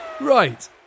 Right